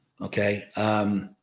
Okay